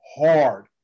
hard